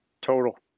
Total